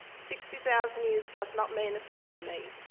sixty thousand years does not mean anything to me.